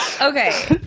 Okay